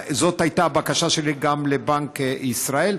זאת הייתה הבקשה שלי גם לבנק ישראל,